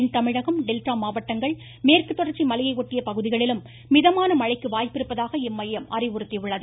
தென் Tamilagam delta மாவட்டங்கள் மேற்கு தொடர்ச்சி மலையை பகுதிகளிலும் மிதமான மழைக்கு வாய்ப்பிருப்பதாக இம்மையம் அறிவுறுத்தியுள்ளது